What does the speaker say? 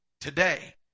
today